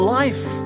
life